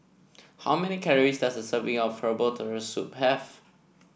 how many calories does a serving of Herbal Turtle Soup have